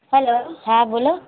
hello હા બોલો